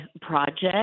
project